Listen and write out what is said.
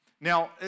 Now